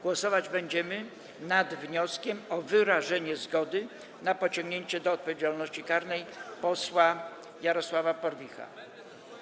Głosować będziemy nad wnioskiem o wyrażenie zgody na pociągnięcie do odpowiedzialności karnej posła Jarosława Porwicha.